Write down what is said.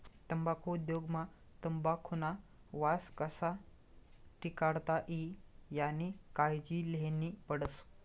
तम्बाखु उद्योग मा तंबाखुना वास कशा टिकाडता ई यानी कायजी लेन्ही पडस